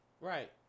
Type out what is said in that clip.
Right